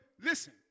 listen